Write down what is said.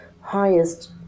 highest